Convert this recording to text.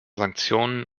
sanktionen